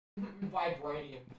Vibranium